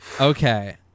Okay